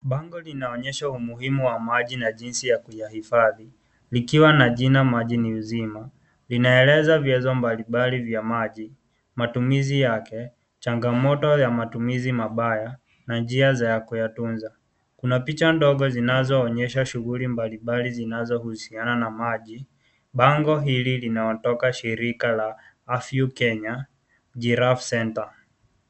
Bango linaonyesha umuhimu wa maji na jinsi ya kuyahifadhi, likiwa na jina "Maji ni uzima". Inaeleza vyanzo mbalimbali vya maji, matumizi yake, changamoto ya matumizi mabaya na njia za kuyatunza. Kuna picha ndogo zinazoonyesha shughuli mbalimbali zinazohusiana na maji. Bango hili linalotoka shirika Aviu Kenya Giraffe centre.